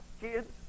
kids